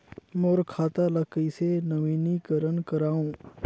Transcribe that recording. मोर खाता ल कइसे नवीनीकरण कराओ?